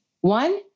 One